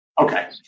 Okay